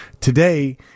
today